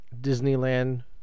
Disneyland